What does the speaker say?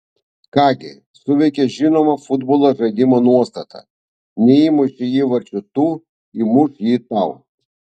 ką gi suveikė žinoma futbolo žaidimo nuostata neįmušei įvarčio tu įmuš jį tau